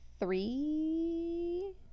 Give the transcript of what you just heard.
three